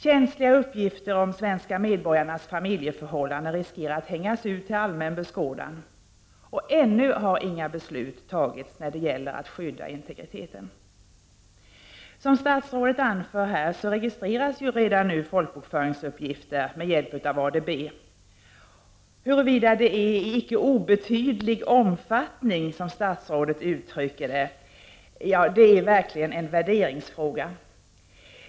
Känsliga uppgifter om svenska medborgares familjeförhållanden riskerar att hängas ut till allmän beskådan. Ännu har inga beslut fattats när det gäller att skydda integriteten. Som statsrådet anfört i svaret registreras folkbokföringsuppgifter redan i dag med hjälp av ADB. Huruvida det är i ”inte obetydlig utsträckning” är verkligen en värderingsfråga.